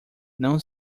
não